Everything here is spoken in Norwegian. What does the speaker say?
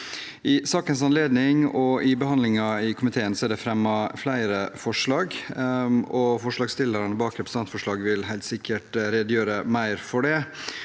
I sakens anledning og i behandlingen i komiteen er det fremmet flere forslag, og forslagsstillerne bak representantforslaget vil helt sikkert redegjøre mer for det.